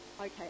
Okay